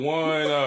one